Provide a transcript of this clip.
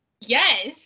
Yes